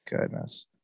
Goodness